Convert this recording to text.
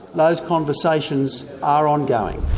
those conversations are ongoing.